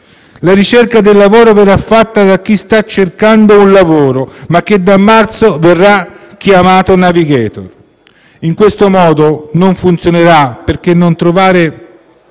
La ricerca del lavoro verrà fatta da chi ora sta cercando un lavoro, ma che da marzo verrà chiamato *navigator*; in questo modo non funzionerà, perché per trovare